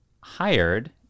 hired